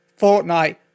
Fortnite